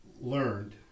learned